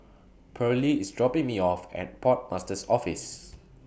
Pearly IS dropping Me off At Port Master's Office